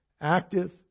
active